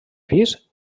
pis